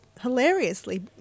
hilariously